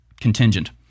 contingent